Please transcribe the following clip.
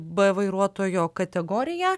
b vairuotojo kategoriją